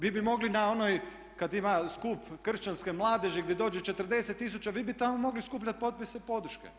Vi bi mogli na onoj kad ima skup kršćanske mladeži gdje dođe 40000 vi bi tamo mogli skupljati potpise podrške.